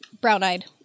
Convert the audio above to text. brown-eyed